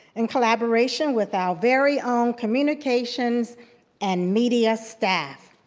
in collaboration with our very own communications and media staff.